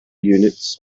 units